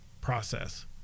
process